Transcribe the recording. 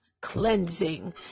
cleansing